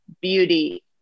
beauty